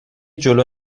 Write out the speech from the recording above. جلو